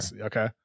Okay